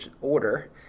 Order